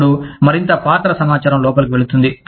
అప్పుడు మరింత పాత్ర సమాచారం లోపలికి వెళుతుంది